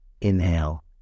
inhale